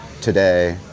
today